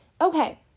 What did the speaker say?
Okay